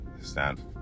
stand